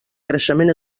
creixement